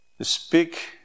Speak